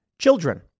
Children